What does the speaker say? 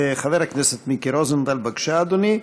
חבר הכנסת מיקי רוזנטל, בבקשה, אדוני.